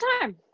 time